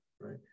right